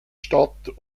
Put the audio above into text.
statt